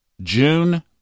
June